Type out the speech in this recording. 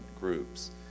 groups